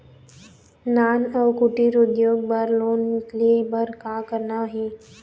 नान अउ कुटीर उद्योग बर लोन ले बर का करना हे?